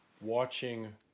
watching